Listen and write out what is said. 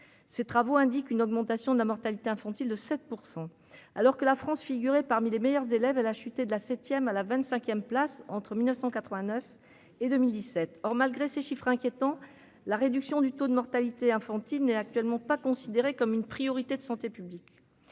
ces travaux indiquent une augmentation de la mortalité infantile de 7 % alors que la France figurer parmi les meilleurs élèves, elle a chuté de la 7ème à la 25ème place entre 1989 et 2017 or, malgré ces chiffres inquiétants : la réduction du taux de mortalité infantile n'est actuellement pas considéré comme une priorité de santé publique